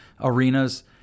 arenas